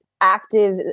active